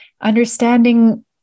understanding